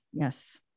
Yes